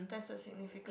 that's a significant